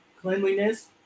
cleanliness